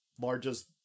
largest